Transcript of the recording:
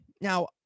Now